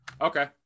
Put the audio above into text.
okay